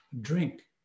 drink